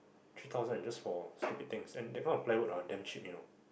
three thousand just for stupid things and that kind of plywood ah damn cheap you know